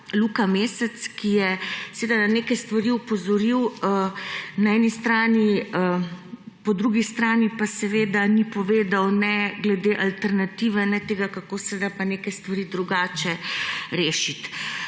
Luka Mesec, ki je seveda na neke stvari opozoril, na eni strani, po drugi strani pa ni povedal ne glede alternative ne tega, kako se da pa neke stvari drugače rešiti.